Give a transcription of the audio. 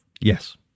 Yes